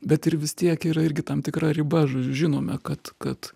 bet ir vis tiek yra irgi tam tikra riba žodžiu žinome kad kad